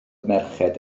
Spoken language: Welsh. merched